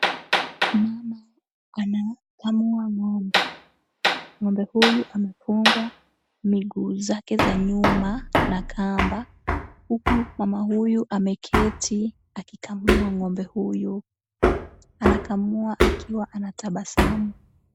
Mama anamkama ng'ombe. Ng'ombe huyu amefungwa miguu zake za nyuma na kamba, huku mama huyu ameketi akikamua ng'ombe huyu. Anakamua akiwa anatabasamu.